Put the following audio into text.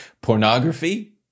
Pornography